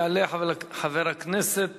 יעלה חבר הכנסת